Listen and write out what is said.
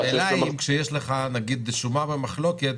--- השאלה היא אם כשיש לך נגיד שומה במחלוקת,